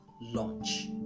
launch